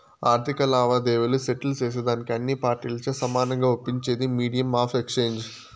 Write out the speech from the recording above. ఆర్థిక లావాదేవీలు సెటిల్ సేసేదానికి అన్ని పార్టీలచే సమానంగా ఒప్పించేదే మీడియం ఆఫ్ ఎక్స్చేంజ్